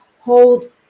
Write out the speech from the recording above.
hold